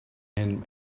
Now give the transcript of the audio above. him